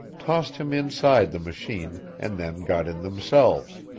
tossed him inside the machine, and then got in themselves.